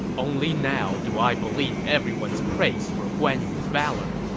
only now do i believe everyone's praise for guan yu's valor.